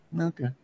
Okay